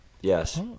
Yes